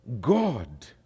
God